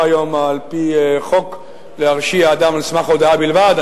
היום על-פי חוק להרשיע אדם על סמך הודאה בלבד,